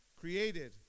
created